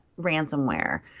ransomware